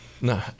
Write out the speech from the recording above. No